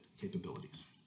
capabilities